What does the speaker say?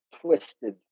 twisted